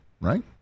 right